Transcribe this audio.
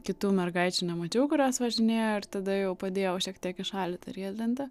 kitų mergaičių nemačiau kurios važinėjo ir tada jau padėjau šiek tiek į šalį tą riedlentę